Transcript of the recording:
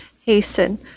hasten